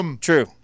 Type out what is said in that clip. True